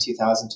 2000